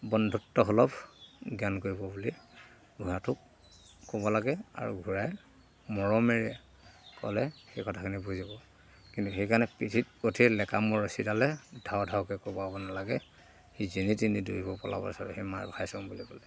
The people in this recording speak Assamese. বন্ধুত্বসুলভ জ্ঞান কৰিব বুলি ঘোঁৰাটোক ক'ব লাগে আৰু ঘোঁৰাই মৰমেৰে ক'লে সেই কথাখিনি বুজাব কিন্তু সেইকাৰণে পিঠিত গঠিয়ে লেকামৰ ৰছীডালে ধাও ধাওকৈ কোবাব নালাগে সি জেনি তেনি দৌৰিব পলাব চাব সেই মাৰ খাই যাম বুলি ক'লে